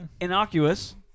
innocuous